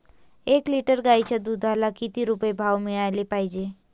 एक लिटर गाईच्या दुधाला किती रुपये भाव मिळायले पाहिजे?